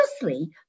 Firstly